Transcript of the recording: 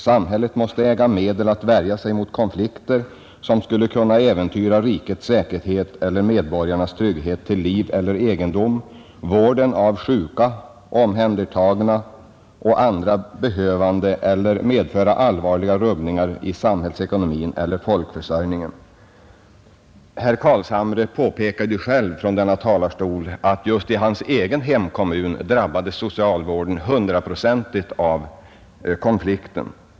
Samhället måste äga medel att värja sig mot konflikter, som skulle kunna äventyra rikets säkerhet eller medborgarnas trygghet till liv eller egendom, vården av sjuka, omhändertagna och andra behövande eller medföra allvarliga rubbningar i samhällsekonomin eller folkförsörjningen.” Herr Carlshamre påpekade själv från denna talarstol att just i hans hemkommun drabbades socialvården hundraprocentigt av konflikten.